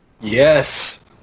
Yes